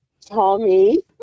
Tommy